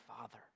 Father